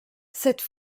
cette